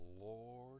Lord